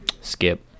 Skip